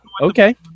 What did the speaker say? okay